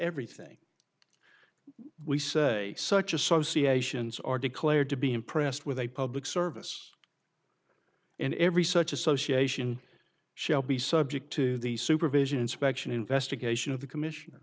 everything we say such associations are declared to be impressed with a public service and every such association shall be subject to the supervision inspection investigation of the commissioner